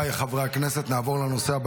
להלן תוצאות